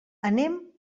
anem